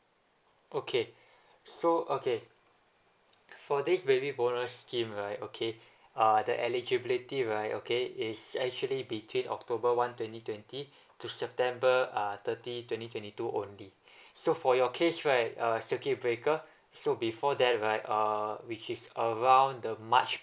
okay so okay for this baby bonus scheme right okay the eligibility right okay is actually between october one twenty twenty to september uh thirty twenty twenty two only so for your case right err circuit breaker so before that right um which is around the march